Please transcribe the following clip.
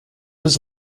was